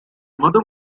mother